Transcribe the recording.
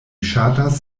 ŝatas